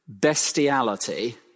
bestiality